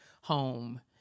home